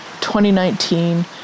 2019